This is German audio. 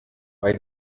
bei